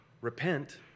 Repent